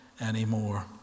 anymore